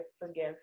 forgive